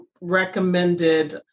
recommended